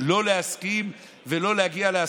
תשלם את מלוא המענק ללוחמים מייד, כי מגיע להם.